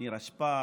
נירה שפק